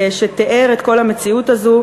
שתיאר את כל המציאות הזאת.